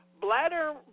Bladder